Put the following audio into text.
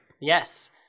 yes